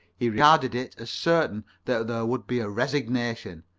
he regarded it as certain that there would be a resignation,